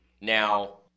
Now